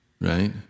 right